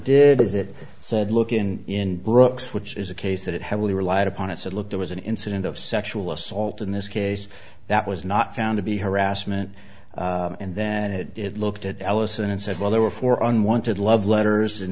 did is it so look in brooks which is a case that heavily relied upon it said look there was an incident of sexual assault in this case that was not found to be harassment and then it looked at allison and said well there were four unwanted love letters